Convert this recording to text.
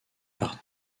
par